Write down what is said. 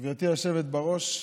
גברתי היושבת בראש,